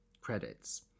credits